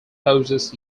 poses